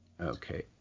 okay